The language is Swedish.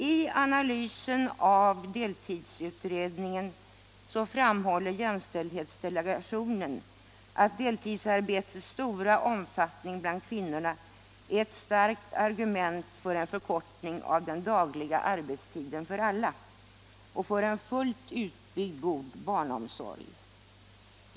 I analysen av deltidsutredningen framhåller jämställdhetsdelegationen att deltidsarbetets stora omfattning bland kvinnorna är ett starkt argument för en förkortning av den dagliga arbetstiden för alla och för en fullt utbyggd, god barnomsorg.